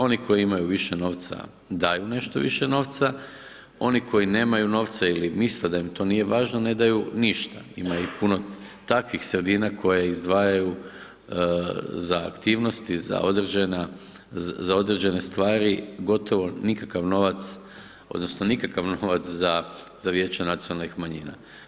Oni koji imaju više novca, daju nešto više novca, oni koji nemaju novca ili misle da im to nije važno ne daju ništa, ima i puno takvih sredina koje izdvajaju za aktivnosti, za određene stvari gotovo nikakav novac, odnosno, nikakav novac za Vijeće nacionalnih manjina.